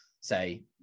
say